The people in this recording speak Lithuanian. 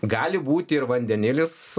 gali būti ir vandenilis